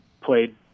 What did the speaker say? played